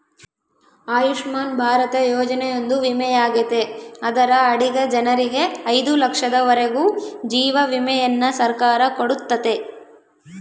ಆಯುಷ್ಮನ್ ಭಾರತ ಯೋಜನೆಯೊಂದು ವಿಮೆಯಾಗೆತೆ ಅದರ ಅಡಿಗ ಜನರಿಗೆ ಐದು ಲಕ್ಷದವರೆಗೂ ಜೀವ ವಿಮೆಯನ್ನ ಸರ್ಕಾರ ಕೊಡುತ್ತತೆ